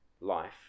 life